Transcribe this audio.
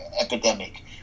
epidemic